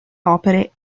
opere